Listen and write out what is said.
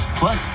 plus